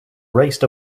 raced